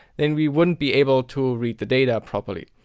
then we wouldn't be able to read the data properly.